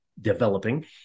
developing